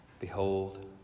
Behold